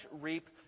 reap